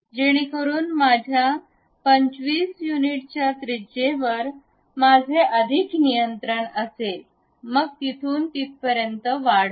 जेणेकरून माझ्या 25 युनिटच्या त्रिजेवरं माझे अधिक नियंत्रण असेल मग तिथून तिथपर्यंत वाढवा